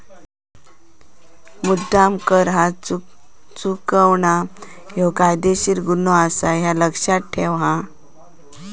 मुद्द्दाम कर चुकवणा ह्यो कायदेशीर गुन्हो आसा, ह्या लक्ष्यात ठेव हां